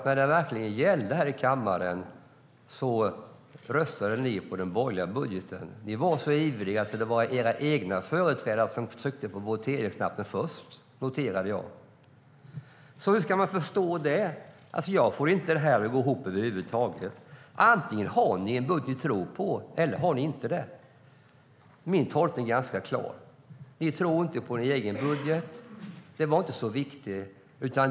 När det verkligen gällde här i kammaren röstade ni på den borgerliga budgeten. Jag noterade att ni var så ivriga att ni var först att trycka på voteringsknappen. Hur ska man förstå detta? Jag får det inte att gå ihop över huvud taget. Antingen har ni en budget ni tror på eller så har ni inte det. Min tolkning är ganska klar. Ni tror inte på er egen budget. Den var inte så viktig.